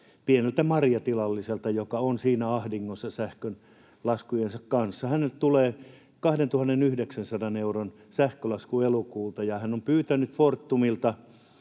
pieneltä marjatilalliselta, joka on ahdingossa sähkölaskujensa kanssa. Hänelle tulee 2 900 euron sähkölasku elokuulta, ja hän on pyytänyt Fortumilta